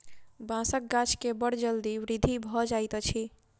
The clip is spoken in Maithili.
बांसक गाछ के बड़ जल्दी वृद्धि भ जाइत अछि